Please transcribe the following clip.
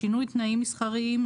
שינוי תנאים מסחריים,